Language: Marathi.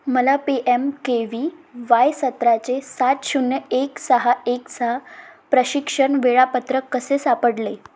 मला P M K V Y सत्राचे सात शून्य एक सहा एक सहा प्रशिक्षण वेळापत्रक कसे सापडले